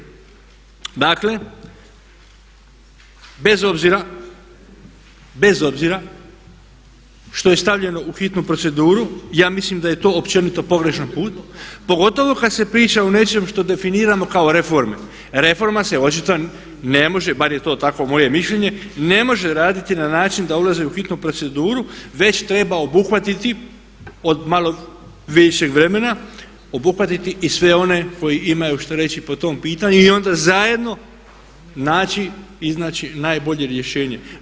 Dakle, bez obzira što je stavljeno u hitnu proceduru ja mislim da je to općenito pogrešan put, pogotovo kad se priča o nečem što definiramo kao reforme, reforma se očito ne može bar je to tako moje mišljenje ne može raditi na način da ulaze u hitnu proceduru, već treba obuhvatiti od malo više vremena obuhvatiti i sve one koji imaju što reći po tom pitanju i onda zajedno naći, iznaći najbolje rješenje.